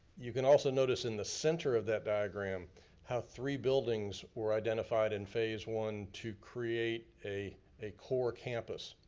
you can also notice in the center of that diagram how three buildings were identified in phase one to create a a core campus.